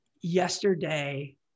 yesterday